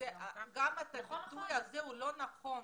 הביטוי הזה לא נכון.